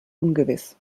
ungewiss